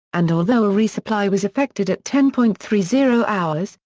and although a resupply was effected at ten point three zero hours,